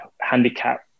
handicap